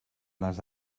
les